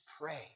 pray